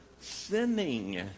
sinning